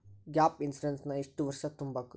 Gap insurance ನ ಎಷ್ಟ್ ವರ್ಷ ತುಂಬಕು?